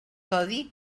codi